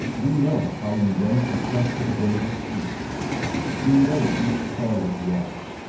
we know how ye went in quest of the golden fleece we know each toil of yours,